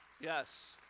yes